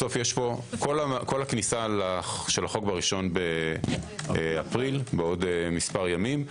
כל הכניסה של החוק ב-1 באפריל עוד מספר ימים,